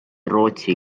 rootsi